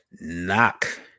knock